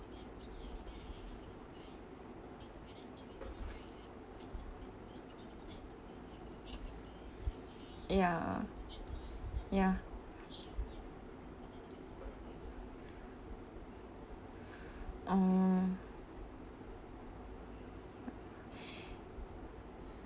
ya ya mm